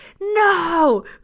no